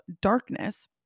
darkness